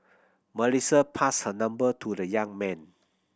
Melissa passed her number to the young man